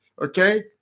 Okay